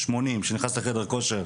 80 שנכנס לחדר כושר,